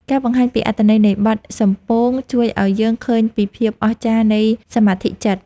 ការបង្ហាញពីអត្ថន័យនៃបទ សំពោង ជួយឱ្យយើងឃើញពីភាពអស្ចារ្យនៃសមាធិចិត្ត។